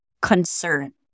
concern